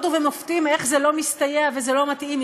ובמופתים איך זה לא מסתייע וזה לא מתאים,